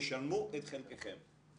תשלמו את חלקכם.